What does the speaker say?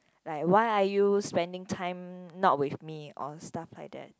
like why are you spending time not with me or stuff like that